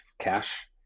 cash